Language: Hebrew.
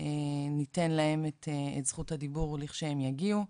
ניתן להם את זכות הדיבור כאשר הם יגיעו.